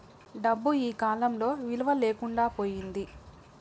డబ్బు ఈకాలంలో విలువ లేకుండా పోయింది